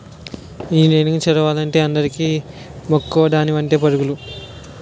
engineering చదువులంటే అందరికీ మక్కువ దాని వెంటే పరుగులు